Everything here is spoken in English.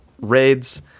raids